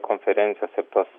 konferencijos ir tos